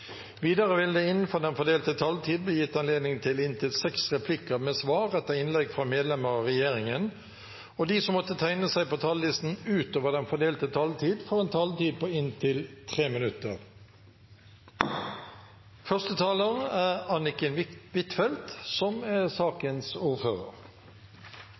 Videre vil det – innenfor den fordelte taletid – bli gitt anledning til inntil seks replikker med svar etter innlegg fra medlemmer av regjeringen, og de som måtte tegne seg på talerlisten utover den fordelte taletid, får en taletid på inntil 3 minutter.